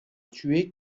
tué